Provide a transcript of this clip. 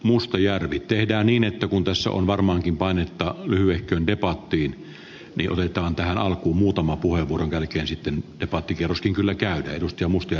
mustajärvi tehdä niin että kun tässä on varmaankin painetta yhteen debattiin avioliitto on tähän alkuun muutama puheenvuoron jälkeen sitten sille ehdokkaalle joita pitää tärkeänä